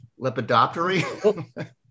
Lepidoptery